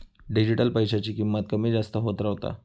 digital पैशाची किंमत कमी जास्त होत रव्हता